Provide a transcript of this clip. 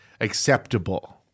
acceptable